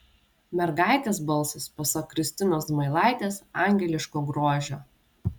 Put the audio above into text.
mergaitės balsas pasak kristinos zmailaitės angeliško grožio